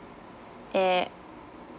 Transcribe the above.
eh